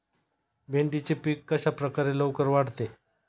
भेंडीचे पीक कशाप्रकारे लवकर वाढते?